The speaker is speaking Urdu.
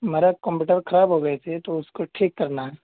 میرا کمپیوٹر خراب ہو گئی تھی تو اس کو ٹھیک کرنا ہے